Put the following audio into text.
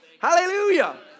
Hallelujah